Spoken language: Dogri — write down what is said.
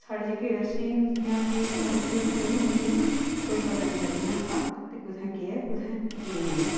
ते साढ़े बजुर्ग लोकें गी पता निं लग्गना हा कि कुत्थें केह् ऐ केह् निं ऐ पता निं लग्गना हा